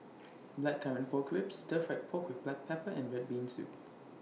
Blackcurrant Pork Ribs Stir Fried Pork with Black Pepper and Red Bean Soup